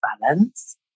balance